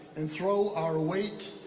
and throw our ah weight,